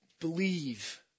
believe